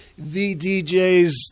VDJs